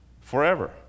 Forever